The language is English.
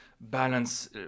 balance